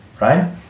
right